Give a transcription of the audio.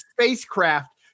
spacecraft